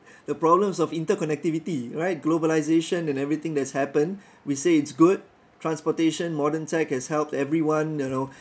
the problems of interconnectivity right globalisation and everything that's happened we say it's good transportation modern tech has helped everyone you know